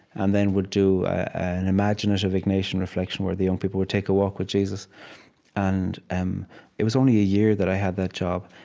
and then we'd do an imaginative ignatian reflection where the young people would take a walk with jesus and um it was only a year that i had that job,